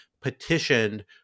petitioned